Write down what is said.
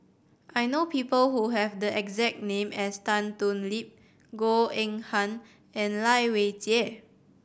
I know people who have the exact name as Tan Thoon Lip Goh Eng Han and Lai Weijie